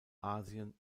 asien